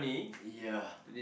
ya